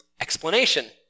explanation